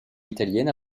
italienne